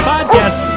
Podcast